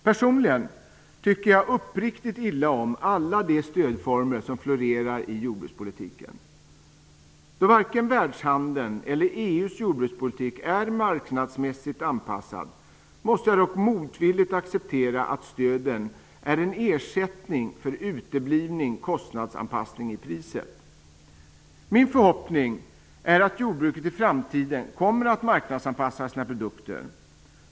Personligen tycker jag uppriktigt illa om alla de stödformer som florerar i jordbrukspolitiken. Då varken världshandeln eller EU:s jordbrukspolitik är marknadsmässigt anpassade måste jag dock motvilligt acceptera att stöden är en ersättning för utebliven kostnadsanpassning. Min förhoppning är att jordbruket i framtiden kommer att marknadsanpassa sina produkter.